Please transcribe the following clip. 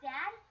Dad